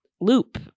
loop